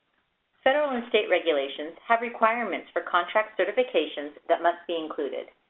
federal and state regulations have requirements for contract certifications that must be included.